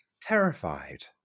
Terrified